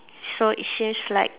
so it says like